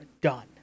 done